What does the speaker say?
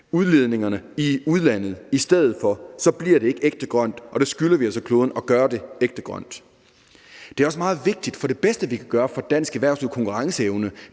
udledningerne i udlandet i stedet for. Så bliver det ikke ægte grønt, og vi skylder kloden at gøre det ægte grønt. Det er også meget vigtigt, for det bedste, vi kan gøre for dansk erhvervslivs konkurrenceevne